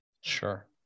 Sure